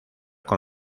con